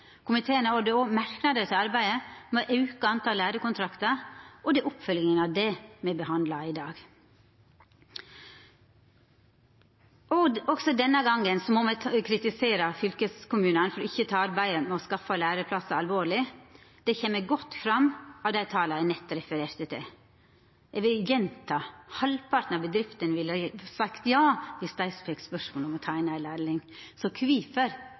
Komiteen hadde òg merknader til arbeidet med å auka talet på lærekontraktar, og det er oppfølginga av det me behandlar i dag. Også denne gongen må me kritisera fylkeskommunane for ikkje å ta arbeidet med å skaffa læreplassar alvorleg. Det kjem godt fram av dei tala eg nett refererte til. Eg vil gjenta dette: Halvparten av bedriftene ville sagt ja viss dei fekk spørsmål om å ta inn ein lærling – så kvifor